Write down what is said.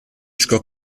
sco